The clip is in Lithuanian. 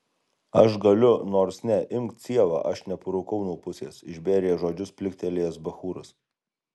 aš galiu nors ne imk cielą aš neparūkau nuo pusės išbėrė žodžius pliktelėjęs bachūras